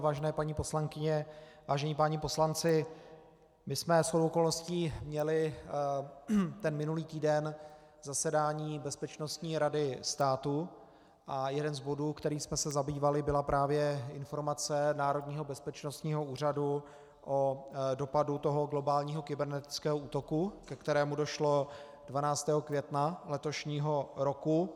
Vážené paní poslankyně, vážení páni poslanci, my jsme shodou okolností měli ten minulý týden zasedání Bezpečnostní rady státu a jeden z bodů, kterým jsme se zabývali, byla právě informace Národního bezpečnostního úřadu o dopadu globálního kybernetického útoku, ke kterému došlo 12. května letošního roku.